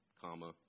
comma